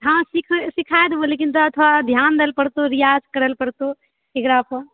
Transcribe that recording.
हँ सिखाय देबो लेकिन तोरा ध्यान दै लेऽ पड़तौ रियाज करऽ लेऽ पड़तौ एकरापर